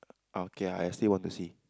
oh okay I still want to see